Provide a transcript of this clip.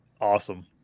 awesome